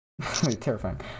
Terrifying